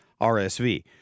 RSV